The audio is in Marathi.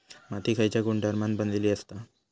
माती खयच्या गुणधर्मान बनलेली असता?